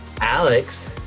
Alex